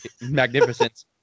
magnificence